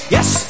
Yes